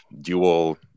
dual